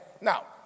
Now